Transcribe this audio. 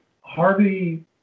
Harvey